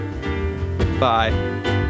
Bye